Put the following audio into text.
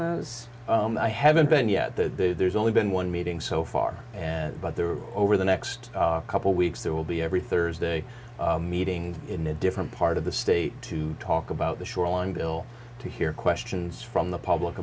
those i haven't been yet the there's only been one meeting so far and but there are over the next couple weeks there will be every thursday meeting in a different part of the state to talk about the shoreline bill to hear questions from the public